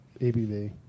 ABV